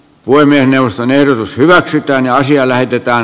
puhemiesneuvoston ehdotus on kyllä vain